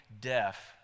deaf